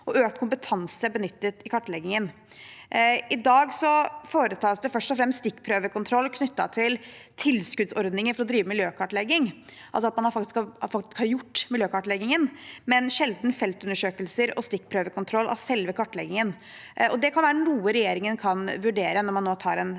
2023 tanse benyttet i kartleggingen. I dag foretas det først og fremst stikkprøvekontroll knyttet til tilskuddsordninger for å drive miljøkartlegging, altså at man faktisk har gjort miljøkartleggingen, men sjelden feltundersøkelser og stikkprøvekontroll av selve kartleggingen. Det kan være noe regjeringen kan vurdere når man nå tar en